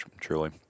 Truly